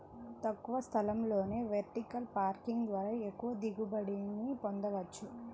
తక్కువ స్థలంలోనే vertical farming ద్వారా ఎక్కువ దిగుబడిని పొందవచ్చు